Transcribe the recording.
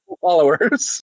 followers